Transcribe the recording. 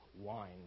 wine